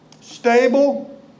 stable